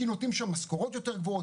כי נותנים שם משכורות יותר גבוהות,